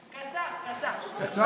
קצר.